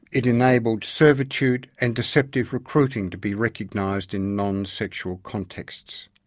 it enabled servitude and deceptive recruiting to be recognised in non-sexual contexts.